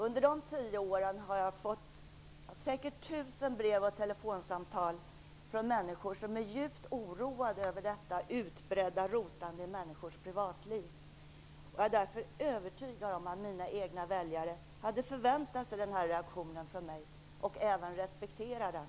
Under de tio åren har jag fått säkert 1 000 brev och telefonsamtal från människor som är djupt oroade över detta utbredda rotande i människors privatliv. Jag är därför övertygad om att mina egna väljare hade förväntat sig den här reaktionen från mig och att de även respekterar den.